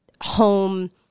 home